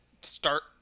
start